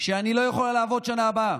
שאני לא יכולה לעבוד בשנה הבאה.